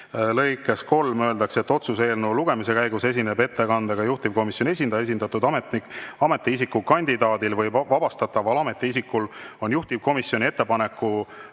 lõikes 3 öeldakse: "Otsuse‑eelnõu lugemise käigus esineb ettekandega juhtivkomisjoni esindaja. Esitatud ametiisikukandidaadil või vabastataval ametiisikul on juhtivkomisjoni ettepanekul